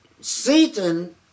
Satan